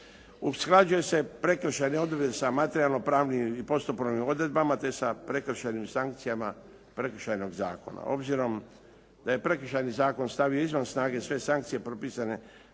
Usklađuju se prekršajne odredbe sa materijalno-pravnim i postupovnim odredbama, te sa prekršajnim sankcijama Prekršajnog zakona. Obzirom da je Prekršajni zakon stavio izvan snage sve sankcije propisane